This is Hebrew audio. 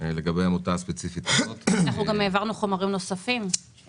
העברנו גם חומרים נוספים,